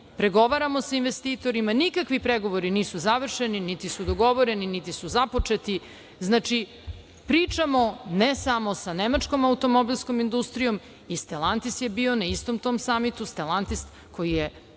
pregovaramo sa investitorima. Nikakvi pregovori nisu završeni, niti su dogovoreni, niti su započeti. Znači, pričamo ne samo sa nemačkom automobilskom industrijom. I „Stelantis“ je bio na istom tom samitu, „Stelantis“ koji je